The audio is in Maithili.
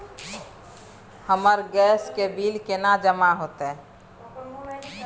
हमर गैस के बिल केना जमा होते?